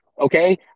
okay